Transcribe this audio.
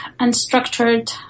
unstructured